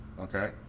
okay